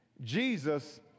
Jesus